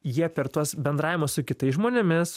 jie per tuos bendravimą su kitais žmonėmis